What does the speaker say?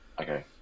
Okay